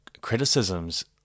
criticisms